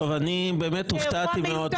אני באמת הופתעתי מאוד,